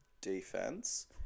defense